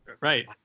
Right